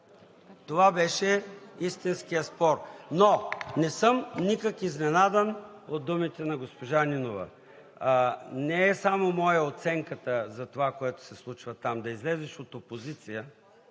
Това беше истинският спор. Но не съм никак изненадан от думите на госпожа Нинова. Не е само моя оценката за това, което се случва там – да излезеш от опозиция,